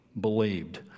believed